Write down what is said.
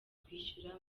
kwishyura